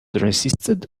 resisted